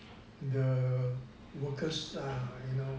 the workers are you know